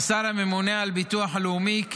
כשר הממונה לביטוח הלאומי,